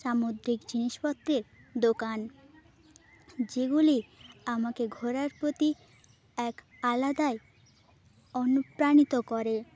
সামদ্রিক জিনিসপত্রের দোকান যেগুলি আমাকে ঘোরার প্রতি এক আলাদাই অনুপ্রাণিত করে